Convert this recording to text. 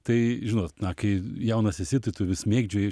tai žinot na kai jaunas esi tai tu vis mėgdžioji